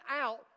out